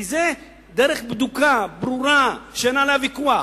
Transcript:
כי זו דרך בדוקה, ברורה, שאין עליה ויכוח: